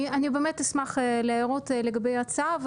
אני באמת אשמח להערות לגבי הצו,